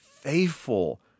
faithful